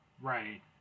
Right